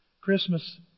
Christmas